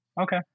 Okay